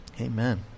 Amen